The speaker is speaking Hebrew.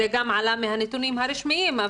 זה גם עלה מהנתונים הרשמיים.